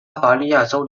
巴伐利亚州